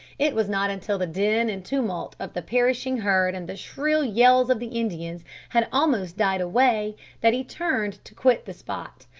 it was not until the din and tumult of the perishing herd and the shrill yells of the indians had almost died away that he turned to quit the spot.